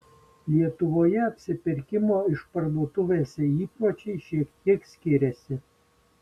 lietuvoje apsipirkimo išparduotuvėse įpročiai šiek tiek skiriasi